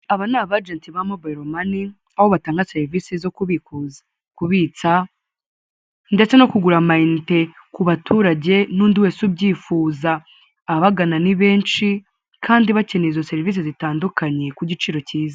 Aba ni abajenti ba mobile money aho batanga serivise zo kubikuza, kubitsa ndetse no kugura amayinite ku baturage n'undi wese ubyifuza, ababagana ni benshi kandi bakeneye izo serivise zitandukanye ku giciro cyiza.